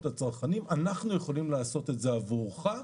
לצרכנים: אנחנו יכולים לעשות את זה עבורך,